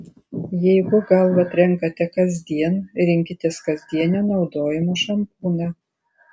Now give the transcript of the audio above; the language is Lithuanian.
jeigu galvą trenkate kasdien rinkitės kasdienio naudojimo šampūną